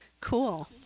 Cool